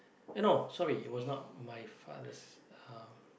eh no sorry it was not my father's uh